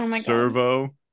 Servo